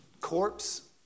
Corpse